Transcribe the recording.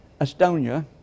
Estonia